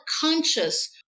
conscious